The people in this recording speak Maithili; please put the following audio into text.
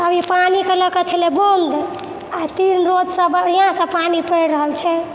अभी पानीके लऽकऽ छलै बन्द आओर तीन रोजसँ बढ़िआँसँ पानी पड़ि रहल छै